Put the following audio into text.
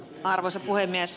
arvoisa puhemies